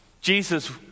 Jesus